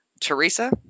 Teresa